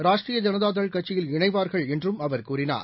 ராஷ்ட்ரீய ஜனதாதள் கட்சியில் இணைவார்கள் என்றும் அவர் கூறினார்